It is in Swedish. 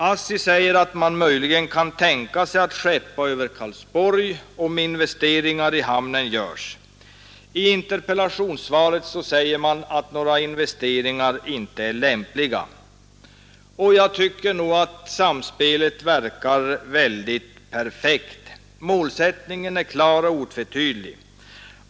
ASSI säger att man möjligen kan tänka sig att skeppa över Karlsborg, om investeringar i hamnen görs. I interpellationssvaret sägs att några sådana investeringar inte är lämpliga. Jag tycker att samspelet verkar väldigt perfekt. Målsättningen är klar och otvetydig.